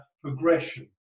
progression